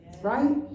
Right